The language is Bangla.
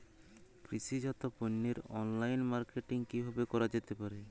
কৃষিজাত পণ্যের অনলাইন মার্কেটিং কিভাবে করা যেতে পারে?